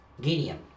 Gideon